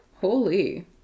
Holy